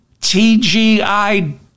TGI